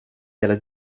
gäller